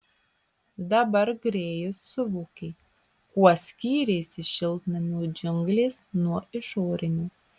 dabar grėjus suvokė kuo skyrėsi šiltnamio džiunglės nuo išorinių